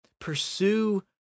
pursue